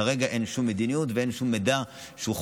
כרגע אין שום מדיניות ואין שום מידע שחורג